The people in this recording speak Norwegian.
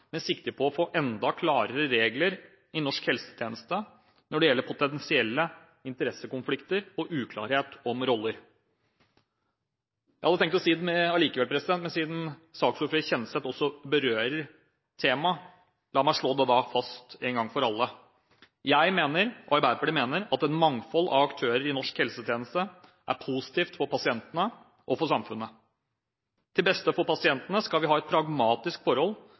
med sikte på å få enda klarere regler i norsk helsetjeneste når det gjelder potensielle interessekonflikter og uklarhet om roller. Jeg hadde tenkt å si det likevel, men siden saksordføreren, Kjenseth, også berører temaet, la meg slå det fast en gang for alle: Jeg mener – og Arbeiderpartiet mener – at et mangfold av aktører i norsk helsetjeneste er positivt for pasientene og for samfunnet. Til beste for pasientene skal vi ha et pragmatisk forhold